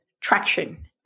Traction